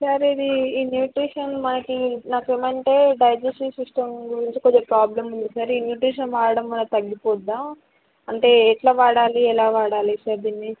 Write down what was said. sir ఇది ఈ nutrition మనకి నాకేమంటే డైజెస్టివ్ సిస్టం గురించి కొంచెం ప్రాబ్లం ఉంది సార్ ఈ న్యూట్రిషన్ వాడడం వల్ల తగ్గిపోతుందా అంటే ఎలా వాడాలి ఎలా వాడాలి సార్ దీన్ని